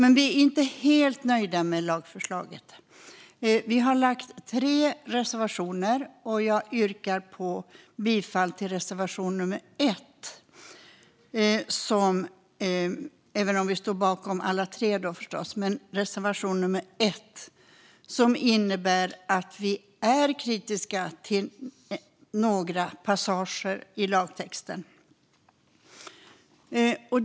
Vi är dock inte helt nöjda med lagförslaget utan har tre reservationer i betänkandet. Jag yrkar bifall till reservation 1, även om vi förstås står bakom alla tre. Reservation 1 handlar om att vi är kritiska till några passager i lagtexten.